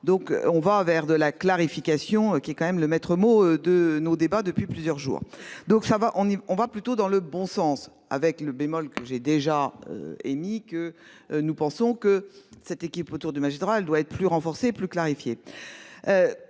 donc on va vers de la clarification qui est quand même le maître-mot de nos débats depuis plusieurs jours. Donc ça va, on y va, on va plutôt dans le bon sens avec le bémol que j'ai déjà émis que nous pensons que cette équipe autour du magistrat, elle doit être plus renforcée plus.